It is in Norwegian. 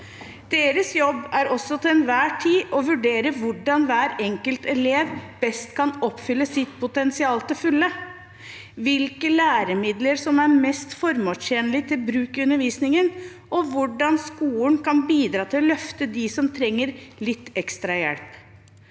Deres jobb er også til enhver tid å vurdere hvordan hver enkelt elev best kan oppfylle sitt potensial til fulle, hvilke læremidler som er mest formålstjenlig til bruk i undervisningen, og hvordan skolen kan bidra til å løfte dem som trenger litt ekstra hjelp.